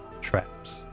traps